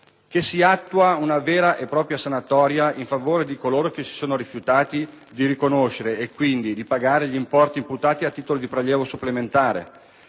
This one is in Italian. che si attua una vera e propria sanatoria in favore di coloro che si sono rifiutati di riconoscere e, quindi, di pagare gli importi imputati a titolo di prelievo supplementare;